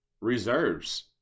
reserves